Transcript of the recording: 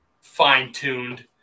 fine-tuned